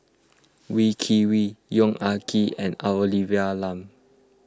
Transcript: Wee Kim Wee Yong Ah Kee and Olivia Lum